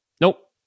Nope